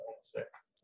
six